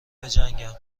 بجنگم